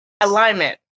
alignment